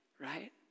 right